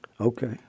Okay